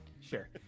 Sure